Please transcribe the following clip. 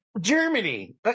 Germany